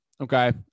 Okay